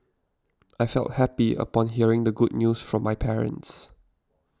I felt happy upon hearing the good news from my parents